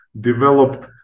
developed